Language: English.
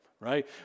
right